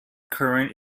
current